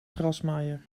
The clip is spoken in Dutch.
grasmaaier